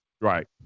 Right